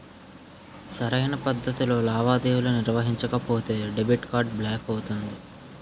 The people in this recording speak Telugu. సరైన పద్ధతిలో లావాదేవీలు నిర్వహించకపోతే డెబిట్ కార్డ్ బ్లాక్ అవుతుంది